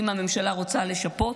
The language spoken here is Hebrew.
אם הממשלה רוצה לשפות,